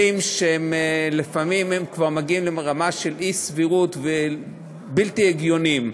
שלפעמים כבר מגיעים לרמה של אי-סבירות ובלתי הגיוניים.